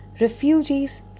refugees